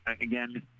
again